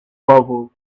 powerful